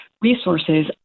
resources